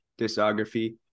discography